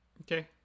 Okay